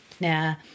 Now